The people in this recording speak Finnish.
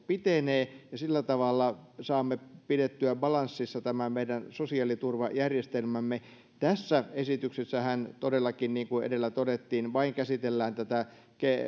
pitenee ja sillä saamme pidettyä balanssissa tämän meidän sosiaaliturvajärjestelmämme tässä esityksessähän todellakin niin kuin edellä todettiin käsitellään vain tätä